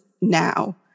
now